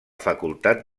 facultat